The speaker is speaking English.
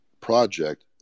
project